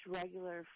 regular